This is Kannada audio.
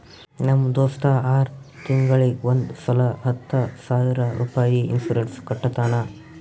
ನಮ್ ದೋಸ್ತ ಆರ್ ತಿಂಗೂಳಿಗ್ ಒಂದ್ ಸಲಾ ಹತ್ತ ಸಾವಿರ ರುಪಾಯಿ ಇನ್ಸೂರೆನ್ಸ್ ಕಟ್ಟತಾನ